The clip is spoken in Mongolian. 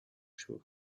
шүү